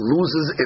Loses